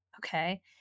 okay